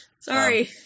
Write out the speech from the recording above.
sorry